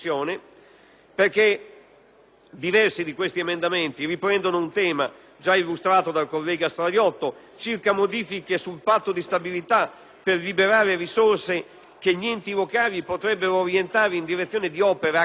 diversi di questi emendamenti riprendono un tema già illustrato dal collega Stradiotto, circa le modifiche al Patto di stabilità per liberare risorse che gli enti locali potrebbero orientare in direzione di opere accantierabili velocemente